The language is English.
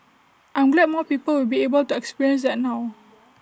I'm glad more people will be able to experience that now